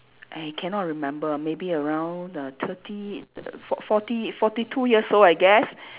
I cannot remember maybe around the thirty the for~ forty forty two years old I guess